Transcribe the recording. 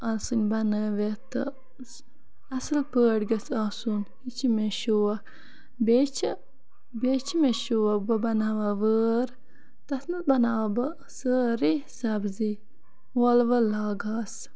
آسٕنۍ بَنٲیِتھ تہٕ اصل پٲٹھۍ گَژھِ آسُن یہِ چھُ مےٚ شوق بیٚیہِ چھِ بیٚیہِ چھِ مےٚ شوق بہٕ بَناوہہَ وٲر تتھ مَنٛز بَناوہہَ بہٕ سٲری سبزی ووٚل ووٚل لاگہَس